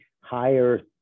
higher